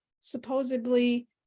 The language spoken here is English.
supposedly